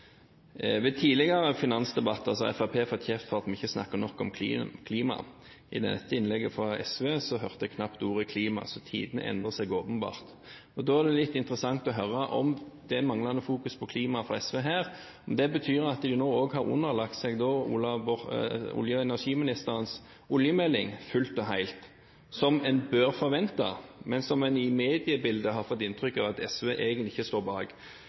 Ved tidligere finansdebatter har Fremskrittspartiet fått kjeft for at vi ikke snakker nok om klima. I dette innlegget fra SV hørte jeg knapt ordet klima, så tidene endrer seg åpenbart. Da er det litt interessant å høre om det manglende fokus på klima fra SV her betyr at de nå også har underlagt seg olje- og energiministerens oljemelding fullt og helt, som en bør forvente, men som en i mediebildet har fått inntrykk av at SV egentlig ikke står bak.